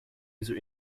user